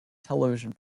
television